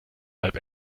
halb